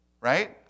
right